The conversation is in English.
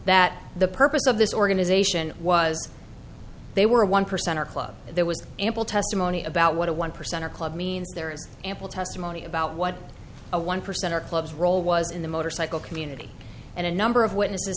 that the purpose of this organization was they were one percenter club there was ample testimony about what a one percenter club means there is ample testimony about what a one percenter club's role was in the motorcycle community and a number of witnesses